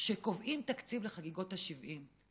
כשקובעים תקציב לחגיגות ה-70,